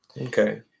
Okay